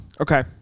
okay